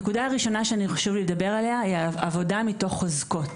הנקודה הראשונה שאני אישית חשוב לי לדבר עליה היא עבודה מתוך חוזקות.